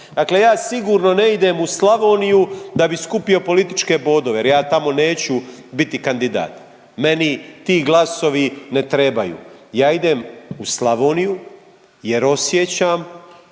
Dakle ja sigurno ne idem u Slavoniju da bi skupio političke bodove jer ja tamo neću biti kandidat. Meni ti glasovi ne trebaju. Ja idem u Slavoniju jer osjećam